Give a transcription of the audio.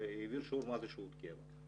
--- שוב מה זה שירות קבע.